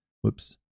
Whoops